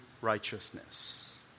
righteousness